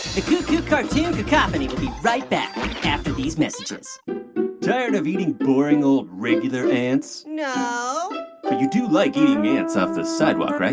the coo-coo cartoon cacophany will be right back after these messages tired of eating boring, old, regular ants? no well, you do like eating ants off the sidewalk,